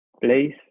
place